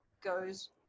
goes